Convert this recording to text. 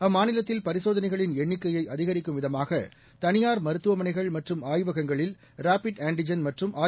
அம்மாநி லத்தில் பரிசோதனைகளின்எண்ணிக்கையைஅதிகரிக்கும்விதமாக தனியார் மருத்துவமனைகள்மற்றும்ஆய்வகங்களில் ரேபிட்ஆன்டிஜன்மற்றும் ஆர்